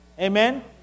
Amen